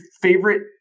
favorite